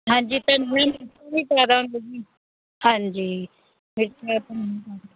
ਹਾਂਜੀ ਅਤੇ ਨਹੀਂ ਪੂਰੀ ਕਰਾਂਗੇ ਜੀ ਹਾਂਜੀ ਮਿਰਚਾਂ ਆਪਣੇ